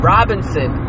Robinson